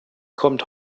kommt